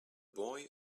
boy